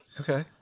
Okay